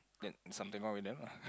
then something wrong with them lah